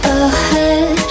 ahead